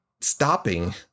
stopping